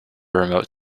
remote